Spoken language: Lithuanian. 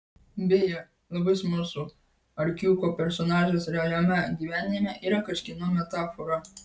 beje labai smalsu ar kiukio personažas realiame gyvenime yra kažkieno metafora